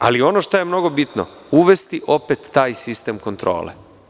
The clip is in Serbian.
Dakle, ono što je mnogo bitno je uvesti opet taj sistem kontrole.